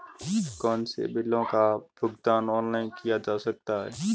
कौनसे बिलों का भुगतान ऑनलाइन किया जा सकता है?